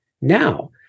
Now